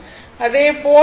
இதேபோல் I X L 39